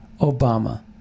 Obama